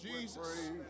Jesus